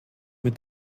mit